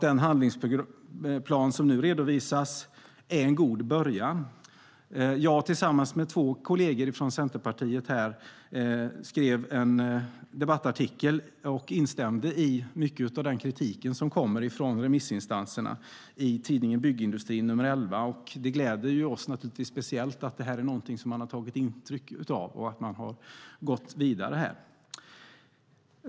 Den handlingsplan som nu redovisas är en god början. Jag skrev tillsammans med två kolleger från Centerpartiet en debattartikel i nummer 11 av tidningen Byggindustrin och instämde i mycket av den kritik som kommer från remissinstanserna, och det gläder oss speciellt att det här är någonting man har tagit intryck av och gått vidare med.